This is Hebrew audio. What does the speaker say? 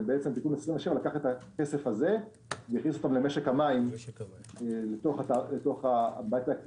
ובעצם תיקון 27 לקח את הכסף הזה והכניס אותו למשק המים אל תוך הכללי.